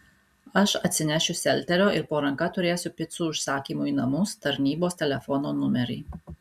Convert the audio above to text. aš atsinešiu selterio ir po ranka turėsiu picų užsakymų į namus tarnybos telefono numerį